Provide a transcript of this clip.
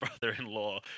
brother-in-law